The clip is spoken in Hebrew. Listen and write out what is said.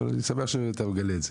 אבל אני שמח שאתה מגלה את זה.